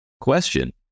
question